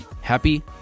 happy